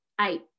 eight